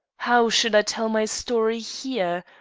how should i tell my story here!